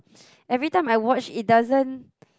every time I watch it doesn't